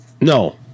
No